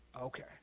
Okay